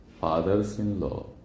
fathers-in-law